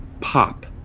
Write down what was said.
pop